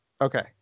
Okay